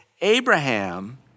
Abraham